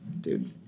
Dude